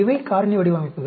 இவை காரணி வடிவமைப்புகள்